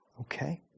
Okay